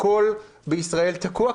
הכול בישראל תקוע,